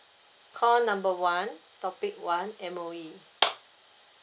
call number one topic one M_O_E